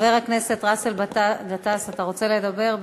חבר הכנסת באסל גטאס, אתה רוצה לדבר?